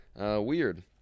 Weird